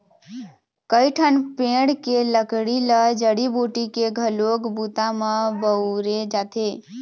कइठन पेड़ के लकड़ी ल जड़ी बूटी के घलोक बूता म बउरे जाथे